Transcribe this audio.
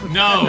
no